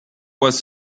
was